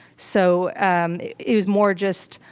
so um it was more just,